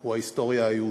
הוא ההיסטוריה היהודית.